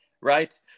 right